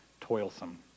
toilsome